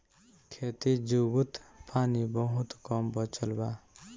खेती जुगुत पानी बहुत कम बचल बा